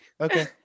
okay